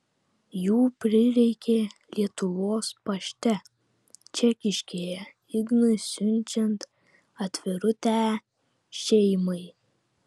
jų prireikė lietuvos pašte čekiškėje ignui siunčiant atvirutę šeimai